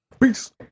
Peace